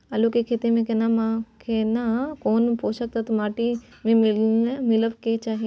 आलू के खेती में केना कोन पोषक तत्व माटी में मिलब के चाही?